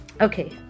Okay